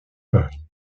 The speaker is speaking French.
paris